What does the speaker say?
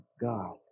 God